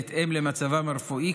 בהתאם למצבם הרפואי,